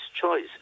choice